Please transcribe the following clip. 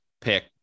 pick